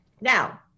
Now